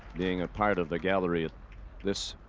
being a part of the gallery at this